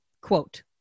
Quote